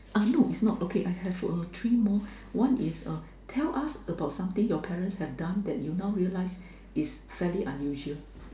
uh no it's not okay I have a three more one is uh tell us about something your parents have done that you now realize it's fairly unusual